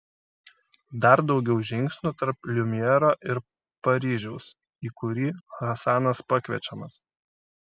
dar daugiau žingsnių tarp liumjero ir paryžiaus į kurį hasanas pakviečiamas